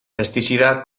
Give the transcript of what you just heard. pestizidak